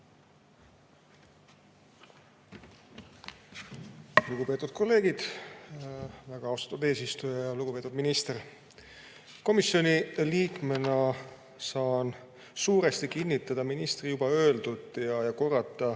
Lugupeetud kolleegid! Väga austatud eesistuja! Lugupeetud minister! Komisjoni liikmena saan suuresti kinnitada ministri öeldut. Korrata